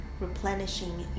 replenishing